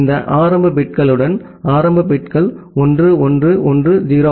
இந்த ஆரம்ப பிட்களுடன் ஆரம்ப பிட்கள் 1 1 1 0